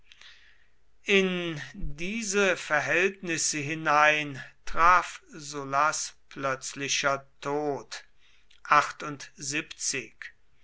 in diese verhältnisse hinein traf sullas plötzlicher tod